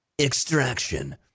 Extraction